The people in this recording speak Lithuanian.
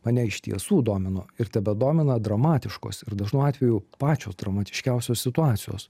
mane iš tiesų domino ir tebedomina dramatiškos ir dažnu atveju pačios dramatiškiausios situacijos